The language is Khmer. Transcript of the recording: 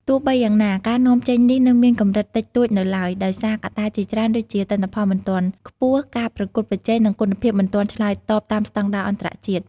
ទោះបីយ៉ាងណា ការនាំចេញនេះនៅមានកម្រិតតិចតួចនៅឡើយ ដោយសារកត្តាជាច្រើនដូចជា ទិន្នផលមិនទាន់ខ្ពស់ ការប្រកួតប្រជែង និងគុណភាពមិនទាន់ឆ្លើយតបតាមស្តង់ដារអន្តរជាតិ។